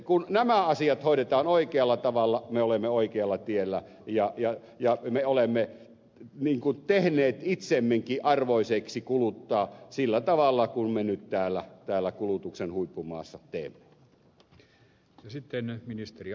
kun nämä asiat hoidetaan oikealla tavalla me olemme oikealla tiellä ja me olemme niin kuin tehneet itsemmekin arvoiseksi kuluttaa sillä tavalla kuin me nyt täällä kulutuksen huippumaassa teemme